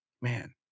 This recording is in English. man